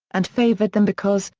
and favored them because,